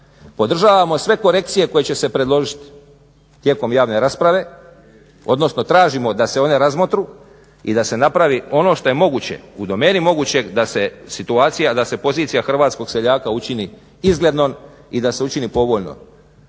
podržavamo sve korekcije koje će se predložiti tijekom javne rasprave, odnosno tražimo da se one razmotre i da se napravi ono što je moguće u domeni mogućeg da se situacija, da se pozicija hrvatskog seljaka učini izglednom i da se učini povoljno,